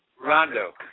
Rondo